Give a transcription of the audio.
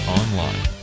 online